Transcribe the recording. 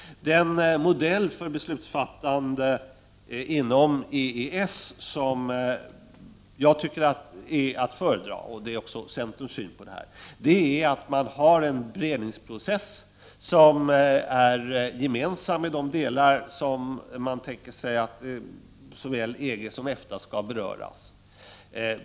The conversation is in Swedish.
Den modell för beslutsfattande inom EES som jag tycker är att föredra — det är också centerns syn — är att man har en beredningsprocess som är gemensam för de delar som man kan tänka sig berör såväl EFTA som EG.